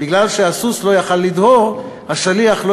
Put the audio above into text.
מכיוון שהסוס לא יכול לדהור השליח לא